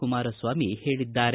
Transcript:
ಕುಮಾರಸ್ವಾಮಿ ಹೇಳಿದ್ದಾರೆ